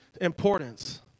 importance